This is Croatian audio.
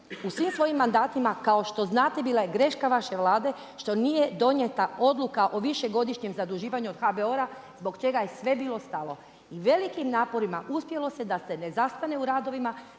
u svim svojim mandatima kao što znate bila je greška vaše Vlade što nije donijeta odluka o višegodišnjem zaduživanju od HBOR-a zbog čega je sve bilo stalo. I velikim naporima uspjelo se da se ne zastane u radovima,